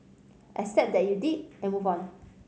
accept that you did and move on